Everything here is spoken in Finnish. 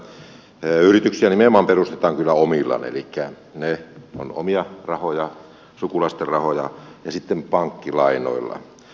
edustaja tolppaselle toteaisin vain että yrityksiä nimenomaan perustetaan kyllä omilla elikkä ne ovat omia rahoja sukulaisten rahoja ja sitten pankkilainoilla